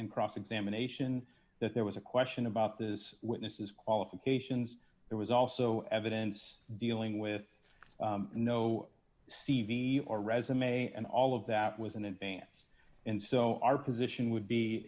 in cross examination that there was a question about this witness's qualifications there was also evidence dealing with no c v or resume and all of that was in advance and so our position would be